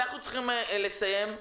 אנחנו צריכים לסיים.